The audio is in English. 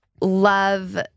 love